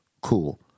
cool